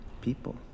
people